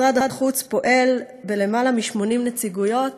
משרד החוץ פועל ביותר מ-80 נציגויות,